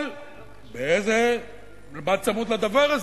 אבל מה בא צמוד לדבר הזה?